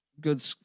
good